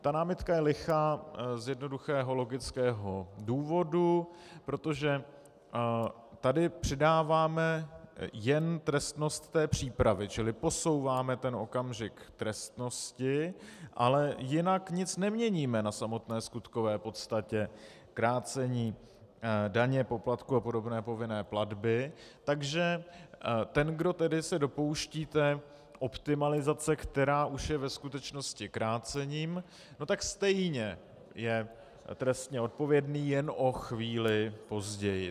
Ta námitka je lichá z jednoduchého logického důvodu, protože tady předáváme jen trestnost té přípravy, čili posouváme ten okamžik trestnosti, ale jinak nic neměníme na samotné skutkové podstatě krácení daně, poplatku a podobné povinné platby, takže ten, kdo se dopouští optimalizace, která už je ve skutečnosti krácením, tak stejně je trestně odpovědný jen o chvíli později.